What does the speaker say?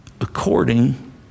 According